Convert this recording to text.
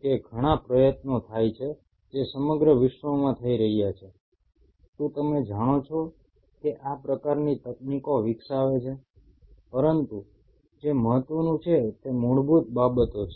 કે ઘણા પ્રયત્નો થાય છે જે સમગ્ર વિશ્વમાં થઈ રહ્યા છે શું તમે જાણો છો કે આ પ્રકારની તકનીકો વિકસાવે છે પરંતુ જે મહત્વનું છે તે મૂળભૂત બાબતો છે